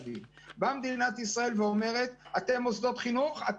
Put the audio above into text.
מדינת ישראל סוגרת אותנו בטענת היותנו מוסדות חינוך.